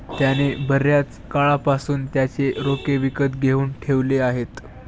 त्याने बर्याच काळापासून त्याचे रोखे विकत घेऊन ठेवले आहेत